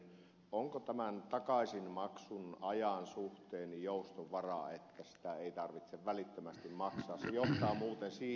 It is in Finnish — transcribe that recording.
onko tämän takaisinmaksun ajan suhteen jouston varaa että sitä ei tarvitsisi välittömästi maksaa